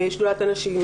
שדולת הנשים,